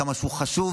כמה שהוא חשוב,